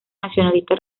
nacionalista